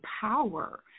power